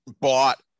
bought